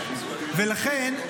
ולכן,